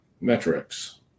metrics